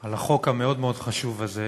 על החוק המאוד-חשוב הזה.